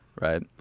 right